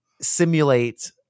simulate